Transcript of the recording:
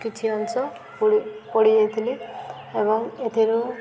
କିଛି ଅଂଶ ପୋଡ଼ିଯାଇଥିଲି ଏବଂ ଏଥିରୁ